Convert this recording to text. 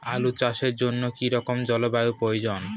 আলু চাষের জন্য কি রকম জলবায়ুর প্রয়োজন?